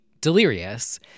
delirious